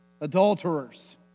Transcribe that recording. adulterers